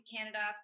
Canada